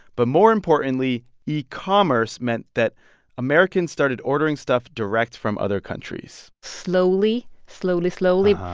but, more importantly, yeah e-commerce meant that americans started ordering stuff direct from other countries slowly, slowly, slowly,